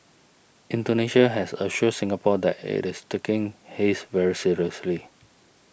Indonesia has assured Singapore that it is taking haze very seriously